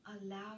Allow